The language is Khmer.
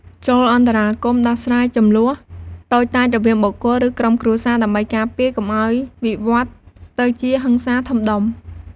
ចូលអន្តរាគមន៍ដោះស្រាយជម្លោះតូចតាចរវាងបុគ្គល ឬក្រុមគ្រួសារ ដើម្បីការពារកុំឱ្យវិវឌ្ឍន៍ទៅជាហិង្សាធំដុំ។